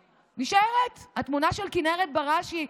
נשארת, התמונה של כנרת בראשי,